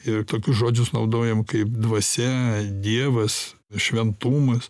ir tokius žodžius naudojam kaip dvasia dievas šventumas